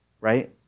right